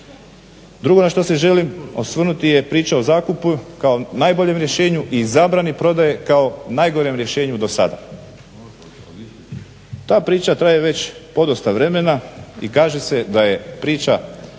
Drugo na što se želim osvrnuti je priča o zakupu kao najboljem rješenju i zabrani prodaje kao najgorem rješenju do sada. Ta priča traje već podosta vremena i kaže se da je priča